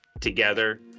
together